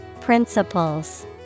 Principles